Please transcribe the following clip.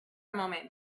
moment